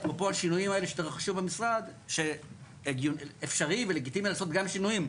אפרופו השינויים שהתרחשו במשרד שאפשרי ולגיטימי לעשות גם שינויים,